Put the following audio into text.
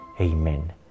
Amen